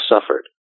suffered